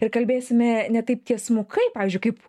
ir kalbėsime ne taip tiesmukai pavyzdžiui kaip